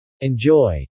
Enjoy